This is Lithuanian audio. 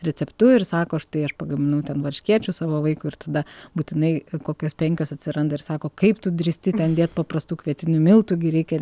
receptu ir sako štai aš pagaminau ten varškėčių savo vaikui ir tada būtinai kokios penkios atsiranda ir sako kaip tu drįsti ten dėt paprastų kvietinių miltų gi reikia